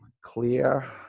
clear